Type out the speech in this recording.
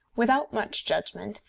without much judgment,